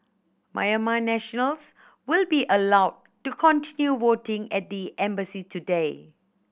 Myanmar nationals will be allowed to continue voting at the embassy today